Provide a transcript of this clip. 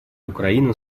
украина